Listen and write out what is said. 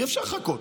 שאי-אפשר לחכות,